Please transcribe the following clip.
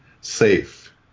safe